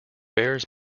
bears